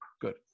Good